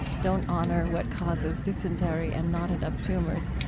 don't honor what causes dysentery and knotted-up tumors.